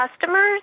customers